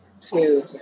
two